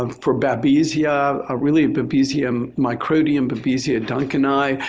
um for babesia yeah ah really babesia um microti and babesia duncani,